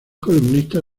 columnista